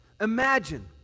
Imagine